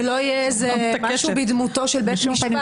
שלא יהיה משהו בדמותו של בית משפט